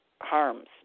harms